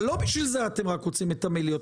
אבל לא בשביל זה אתם רוצים את המליאות.